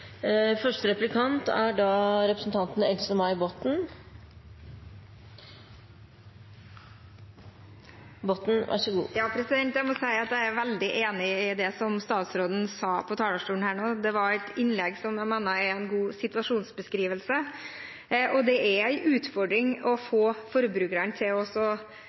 må si at jeg er veldig enig i det som statsråden sa på talerstolen her nå. Det var et innlegg som jeg mener er en god situasjonsbeskrivelse. Det er en utfordring å få forbrukerne til å tenke mer økologisk når de er i butikken, men det er også sånn at svenskene og